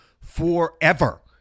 forever